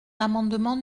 l’amendement